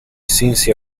sensi